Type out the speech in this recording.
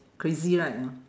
crazy right